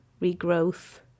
regrowth